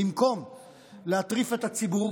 במקום להטריף את הציבור